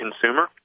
consumer